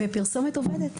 ופרסומת עובדת,